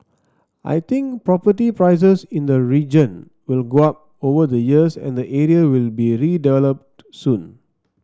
I think property prices in the region will go up over the years and the area will be redeveloped soon